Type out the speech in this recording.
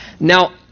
Now